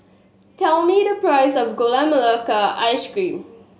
tell me the price of Gula Melaka Ice Cream